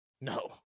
No